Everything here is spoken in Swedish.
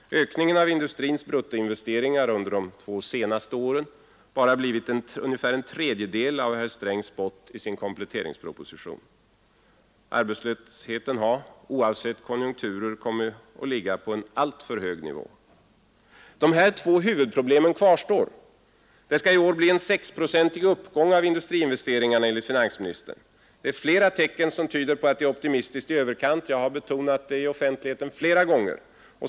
Ökningen av industrins bruttoinvesteringar har under de två senaste åren bara blivit ungefär en tredjedel av vad herr Sträng spått i sin kompletteringsproposition. Arbetslösheten har, oavsett konjunkturer, kommit att ligga på en alltför hög nivå. Dessa två huvudproblem kvarstår. Det skall i år bli en 6-procentig uppgång av industriinvesteringarna, enligt finansministern. Flera tecken tyder på att det är optimistiskt i överkant; det har jag betonat i offentligheten flera gånger.